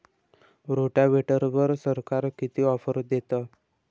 रोटावेटरवर सरकार किती ऑफर देतं?